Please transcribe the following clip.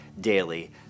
daily